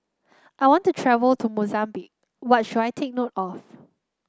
I want to travel to Mozambique what should I take note of